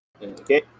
Okay